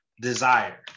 desire